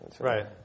Right